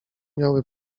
miały